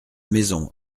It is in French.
maison